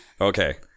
Okay